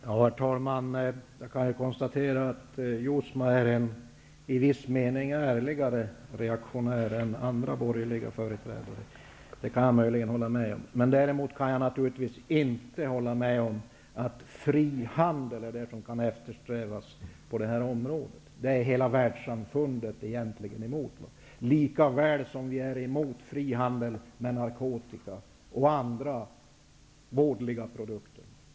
Herr talman! Jag konstaterar att Robert Jousma i viss mening är en ärligare reaktionär än andra borgerliga företrädare. Jag håller emellertid inte med om att frihandel på det här området är något som bör eftersträvas. Det är hela världssamfundet egentligen emot, precis som man är emot frihandel med narkotika och andra vådliga produkter.